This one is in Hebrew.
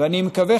ואני מקווה,